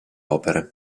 opere